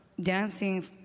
dancing